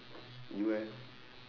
you eh